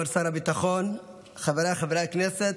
כבוד שר הביטחון, חבריי חברי הכנסת,